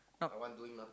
not